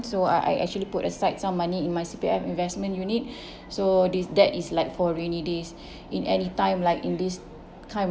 so I I actually put aside some money in my C_P_F investment unit so this that is like for rainy days in anytime like in this kind